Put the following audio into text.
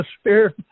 atmosphere